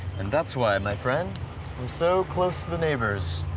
and that's why, my friend, we're so close to the neighbors.